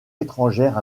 étrangères